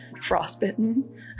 frostbitten